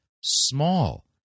small